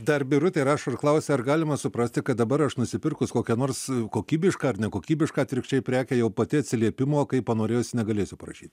dar birutė rašo ir klausia ar galima suprasti kad dabar aš nusipirkus kokią nors kokybišką ar nekokybišką atvirkščiai prekę jau pati atsiliepimo kaip panorėjusi negalėsiu parašyt